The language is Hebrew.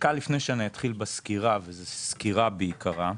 דקה לפני שאני אתחיל בסקירה, וזאת סקירה בעיקרה,